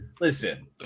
Listen